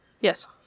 Yes